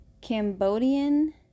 Cambodian